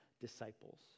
disciples